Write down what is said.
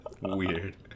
Weird